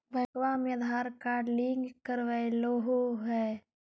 बैंकवा मे Aadhaar card link करवैलहो है?